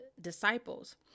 disciples